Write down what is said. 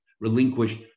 relinquished